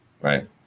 right